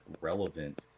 relevant